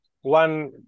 one